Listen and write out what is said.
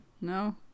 No